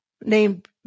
named